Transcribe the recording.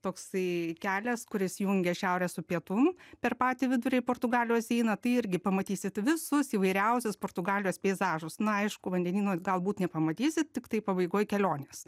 toksai kelias kuris jungia šiaurę su pietum per patį vidurį portugalijos eina tai irgi pamatysit visus įvairiausius portugalijos peizažus na aišku vandenyno galbūt nepamatysit tiktai pabaigoj kelionės